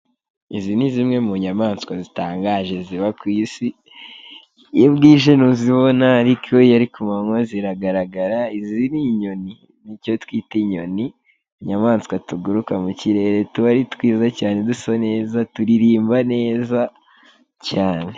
Izi ni zimwe mu nyamaswa zitangaje ziba ku isi, iyo bwije ntuzibona ariko iyo ari ku manywa ziragaragara, izi ni inyoni, ni icyo twita inyoni, utunyamaswa tuguruka mu kirere, tuba ari twiza cyane, dusa neza, turirimba neza cyane.